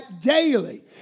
daily